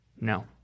No